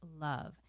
love